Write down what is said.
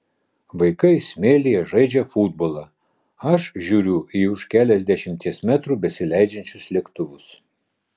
vaikai smėlyje žaidžia futbolą aš žiūriu į už keliasdešimties metrų besileidžiančius lėktuvus